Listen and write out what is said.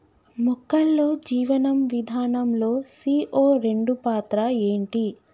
మొక్కల్లో జీవనం విధానం లో సీ.ఓ రెండు పాత్ర ఏంటి?